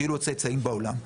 שיהיה לו צאצאים בעולם.